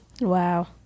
Wow